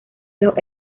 los